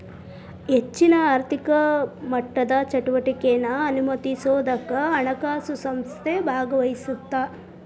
ಹೆಚ್ಚಿನ ಆರ್ಥಿಕ ಮಟ್ಟದ ಚಟುವಟಿಕೆನಾ ಅನುಮತಿಸೋದಕ್ಕ ಹಣಕಾಸು ಸಂಸ್ಥೆ ಭಾಗವಹಿಸತ್ತ